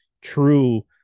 true